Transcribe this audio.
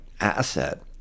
asset